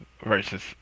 versus